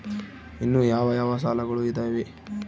ಇನ್ನು ಯಾವ ಯಾವ ಸಾಲಗಳು ಇದಾವೆ?